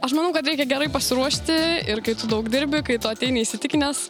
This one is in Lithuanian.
aš manau kad reikia gerai pasiruošti ir kai tu daug dirbi kai tu ateini įsitikinęs